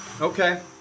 Okay